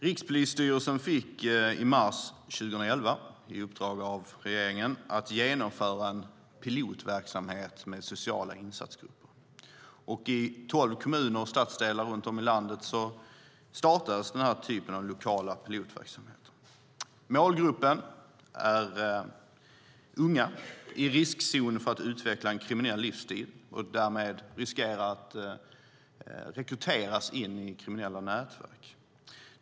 Rikspolisstyrelsen fick i mars 2011 i uppdrag av regeringen att genomföra en pilotverksamhet med sociala insatsgrupper, och i tolv kommuner och stadsdelar runt om i landet startades denna typ av lokala pilotverksamheter. Målgruppen är unga i riskzonen för att utveckla en kriminell livsstil som därmed riskerar att rekryteras in till kriminella nätverk.